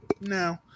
no